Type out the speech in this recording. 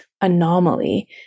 anomaly